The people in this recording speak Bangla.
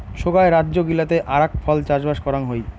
সোগায় রাজ্য গিলাতে আরাক ফল চাষবাস করাং হই